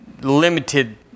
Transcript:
limited